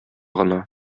гына